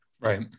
Right